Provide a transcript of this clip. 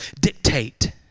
dictate